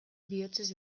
bihotzez